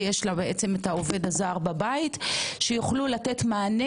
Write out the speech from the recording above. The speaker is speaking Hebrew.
ויש לה את העובד הזר בבית שיוכלו לתת מענה